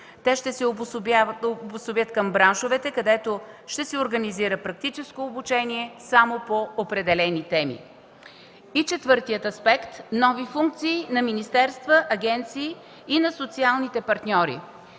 Те ще се обособят към браншовете, където ще се организира практическо обучение само по определени теми. Четвъртият аспект са нови функции на министерствата, агенциите и на социалните партньори.